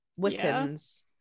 Wiccans